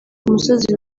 umusozi